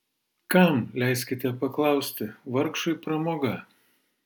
kam leiskite paklausti vargšui pramoga